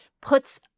puts